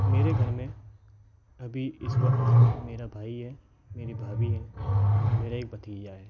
मेरे घर में अभी इस वक़्त मेरा भाई है मेरी भाभी हैं औ मेरा एक भतीजा है